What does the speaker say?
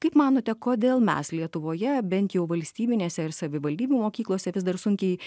kaip manote kodėl mes lietuvoje bent jau valstybinėse ir savivaldybių mokyklose vis dar sunkiai